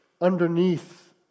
underneath